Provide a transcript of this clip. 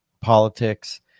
politics